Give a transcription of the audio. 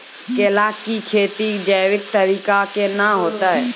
केला की खेती जैविक तरीका के ना होते?